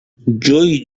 جویی